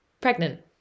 pregnant